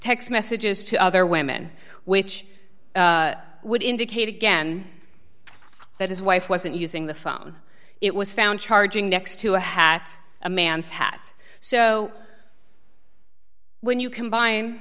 text messages to other women which would indicate again that his wife wasn't using the phone it was found charging next to a hat a man's hat so when you combine